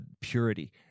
purity